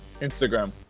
Instagram